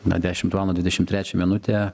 na dešimt valandų dvidešim trečią minutę